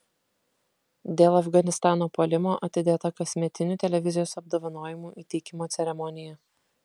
dėl afganistano puolimo atidėta kasmetinių televizijos apdovanojimų įteikimo ceremonija